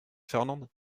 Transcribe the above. fernande